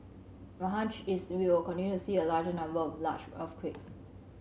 my hunch is we will continue to see a larger number of large earthquakes